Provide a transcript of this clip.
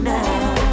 now